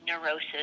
neurosis